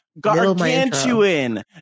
gargantuan